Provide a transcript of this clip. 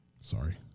Sorry